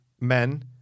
Men